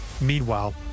Meanwhile